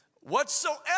Whatsoever